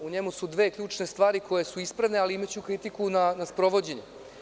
U njemu su dve ključne stvari koje su ispravne ali imaću kritiku na sprovođenje.